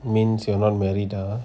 means you are not married ah